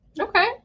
okay